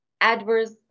adverse